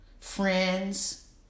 friends